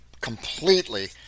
completely